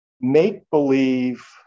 make-believe